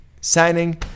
signing